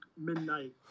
midnight